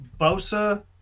Bosa